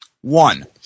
One